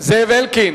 חבר הכנסת זאב אלקין,